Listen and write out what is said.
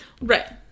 Right